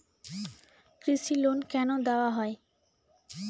কৃষি লোন কেন দেওয়া হয়?